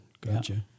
Gotcha